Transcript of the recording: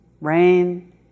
Rain